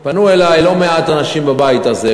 פנו אלי לא מעט אנשים בבית הזה,